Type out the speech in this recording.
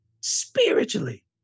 Spiritually